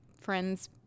friends